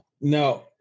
no